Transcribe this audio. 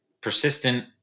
persistent